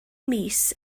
mis